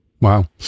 Wow